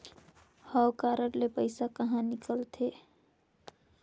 हव कारड ले पइसा कहा निकलथे?